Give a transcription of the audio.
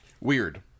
Weird